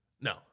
No